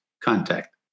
contact